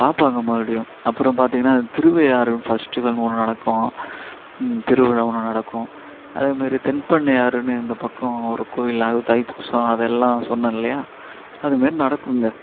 பார்ப்பாங்க மறுபடியும் அப்புறம் பார்த்தீங்கன்னா அந்த திருவையாறு ஃபெஸ்டிவல்னு ஒன்று நடக்கும் திருவிழா ஒன்று நடக்கும் அதே மாரி தென்பண்ணை ஆறுன்னு இந்த பக்கம் ஒரு கோவில் அது தைப்பூசம் அதெல்லாம் சொன்னேன் இல்லையா அது மாரி நடக்கும்ங்க